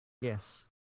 Yes